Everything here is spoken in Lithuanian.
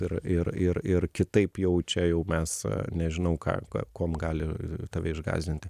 ir ir ir ir kitaip jau čia jau mes nežinau ką kuom gali tave išgąsdinti